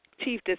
Chief